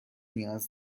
نیاز